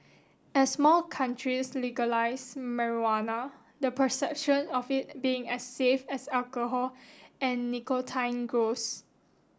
as more countries legalise marijuana the perception of it being as safe as alcohol and nicotine grows